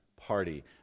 party